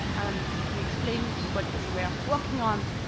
and we explained what we were working on.